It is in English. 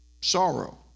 Sorrow